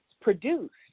produced